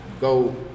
go